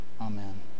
Amen